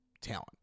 talent